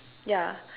ya